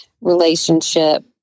relationship